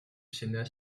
sénat